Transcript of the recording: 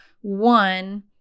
one